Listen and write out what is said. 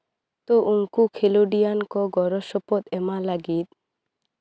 ᱛᱚ ᱩᱱᱠᱩ ᱠᱷᱮᱞᱳᱰᱤᱭᱟᱱ ᱠᱚ ᱜᱚᱲᱚ ᱥᱚᱯᱚᱦᱚᱫ ᱮᱢᱟ ᱞᱟᱹᱜᱤᱫ